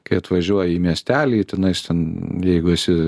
kai atvažiuoji į miestelį tenais ten jeigu esi